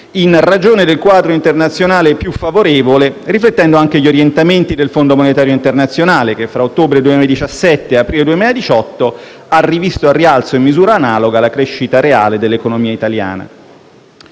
in ragione del quadro internazionale più favorevole, riflettendo anche gli orientamenti del Fondo monetario internazionale, che fra ottobre 2017 e aprile 2018 ha rivisto al rialzo in misura analoga la crescita reale dell'economia italiana.